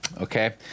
okay